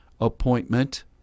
appointment